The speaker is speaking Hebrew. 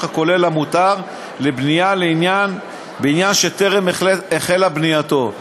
הכולל המותר לבנייה לעניין בניין שטרם החלה בנייתו.